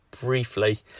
briefly